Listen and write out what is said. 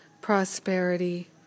prosperity